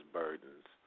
burdens